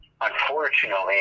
Unfortunately